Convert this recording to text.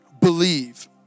Believe